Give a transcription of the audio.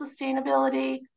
sustainability